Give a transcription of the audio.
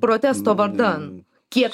protesto vardan kiek